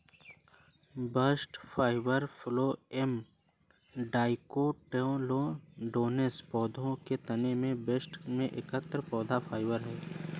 bast fibre phloem dicotyledonous पौधों के तने के बास्ट से एकत्र पौधा फाइबर है